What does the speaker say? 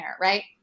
Right